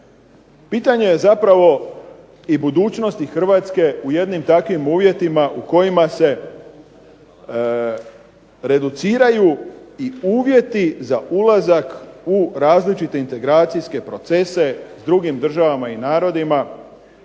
Pitanje je zapravo i budućnosti Hrvatske u jednim takvim uvjetima u kojima se reduciraju i uvjeti za ulazak u različite integracijske procese s drugim državama i narodima,